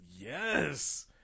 Yes